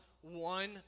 one